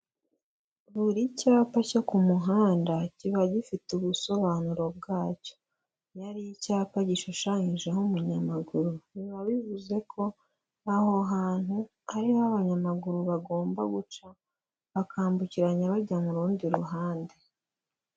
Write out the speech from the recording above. Buri cyapa cyo ku muhanda, kiba gifite ubusobanuro bwacyo, iyo ari icyapa gishushanyijeho umunyamaguru, biba bivuze ko, aho hantu ariho abanyamaguru bagomba guca, bakambukiranya bajya mu rundi ruhande.